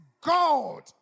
God